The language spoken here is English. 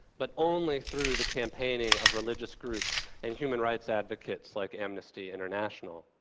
but only through the campaigning of religious groups and human rights advocates, like amnesty international.